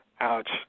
Ouch